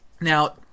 now